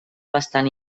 bastant